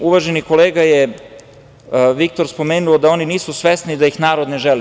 Uvaženi kolega Viktor je spomenuo da oni nisu svesni da ih narod ne želi.